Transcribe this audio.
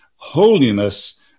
Holiness